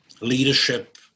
leadership